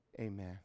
amen